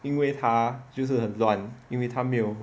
因为他就是很乱因为他没有